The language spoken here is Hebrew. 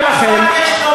נא לסיים.